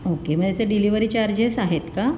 okay मग याचे delivery charges आहेत का